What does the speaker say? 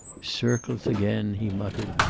circles again, he muttered.